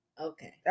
Okay